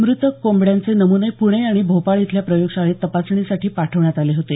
मृत कोंबड्यांचे नमुने पुणे आणि भोपाळ इथल्या प्रयोगशाळेत तपासणीसाठी पाठवण्यात आले होते